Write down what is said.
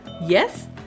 yes